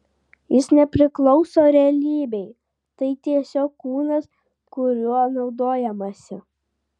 jis nepriklauso realybei tai tiesiog kūnas kuriuo naudojamasi